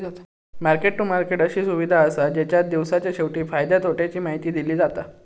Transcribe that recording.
market to market अशी सुविधा असा जेच्यात दिवसाच्या शेवटी फायद्या तोट्याची माहिती दिली जाता